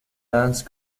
dance